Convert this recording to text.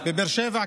בבאר שבע,